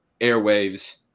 airwaves